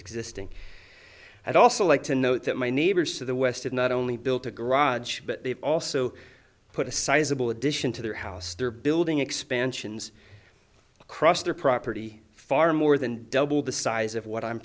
existing i'd also like to know that my neighbors to the west of not only built a garage but they also put a sizeable addition to their house they're building expansions across their property far more than double the size of what i'm